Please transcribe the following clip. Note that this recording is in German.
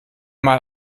mal